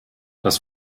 das